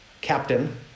captain